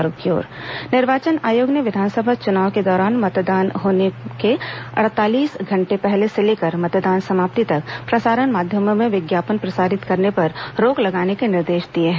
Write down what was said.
निर्वाचन आयोग विज्ञापन नियम निर्वाचन आयोग ने विधानसभा चुनाव के दौरान मतदान होने के अड़तालीस घंटे पहले से लेकर मतदान समाप्ति तक प्रसारण माध्यमों में विज्ञापन प्रसारित करने पर रोक लगाने के निर्देश दिए हैं